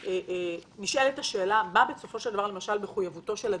נשאלת השאלה: מה מחויבותו של הדח"צ,